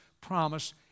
promise